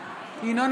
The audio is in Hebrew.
ינון